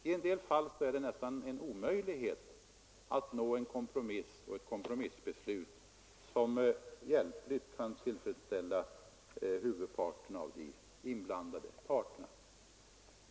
I en del fall är det nästan en omöjlighet att nå en kompromiss och ett kompromissbeslut som hjäpligt kan tillfredsställa huvuddelen av de inblandade parterna.